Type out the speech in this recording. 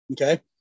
Okay